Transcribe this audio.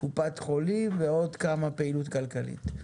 קופת חולים ועוד כמה פעילות כלכלית,